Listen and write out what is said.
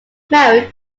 married